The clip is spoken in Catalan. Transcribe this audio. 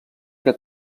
que